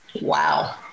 Wow